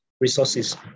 resources